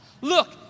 Look